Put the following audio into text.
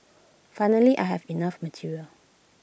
finally I have enough material